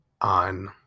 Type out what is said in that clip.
on